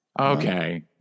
Okay